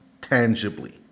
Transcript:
tangibly